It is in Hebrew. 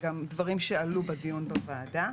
גם דברים שעלו בדיון בוועדה,